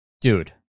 dude